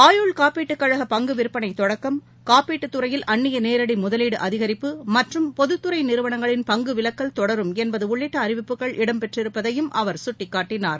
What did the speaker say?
ஆயுள் காப்பீட்டுக்கழக பங்கு விற்பனை தொடக்கம் காப்பீட்டுத் துறையில் அந்நிய நேரடி முதலீடு அதிகரிப்பு மற்றும் பொதுத்துறை நிறுவனங்களின் பங்கு விலக்கல் தொடரும் என்பது உள்ளிட்ட அறிவிப்புகள் இடம் பெற்றிருப்பதையும் அவர் சுட்டிக்காட்டினார்